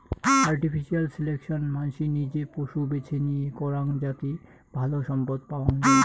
artificial selection মানসি নিজে পশু বেছে নিয়ে করাং যাতি ভালো সম্পদ পাওয়াঙ যাই